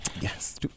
Yes